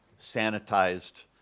sanitized